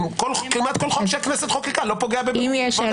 כמעט כל חוק שהכנסת חוקקה לא פוגע בזכויות